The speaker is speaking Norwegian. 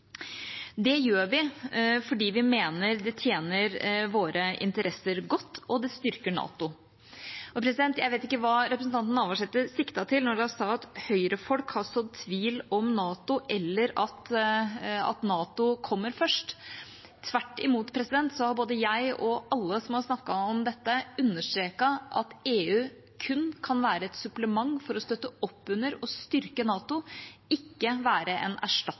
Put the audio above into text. Det gjør vi fordi vi mener det tjener våre interesser godt, og det styrker NATO. Jeg vet ikke hva representanten Navarsete siktet til da hun sa at Høyre-folk har «sådd tvil om NATO», eller at NATO kommer først. Tvert imot har både jeg og alle som har snakket om dette, understreket at EU kun kan være et supplement for å støtte opp under og styrke NATO, ikke være en